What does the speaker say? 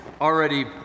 already